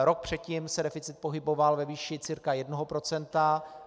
Rok předtím se deficit pohyboval ve výši cca jednoho procenta.